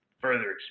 further